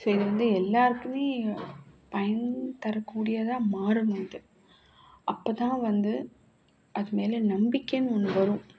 சரி வந்து எல்லாேருக்குமே பயன் தரக்கூடியதாக மாறணும் இது அப்போதான் வந்து அது மேலே நம்பிக்கைன்னு ஒன்று வரும்